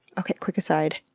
quick aside.